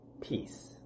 peace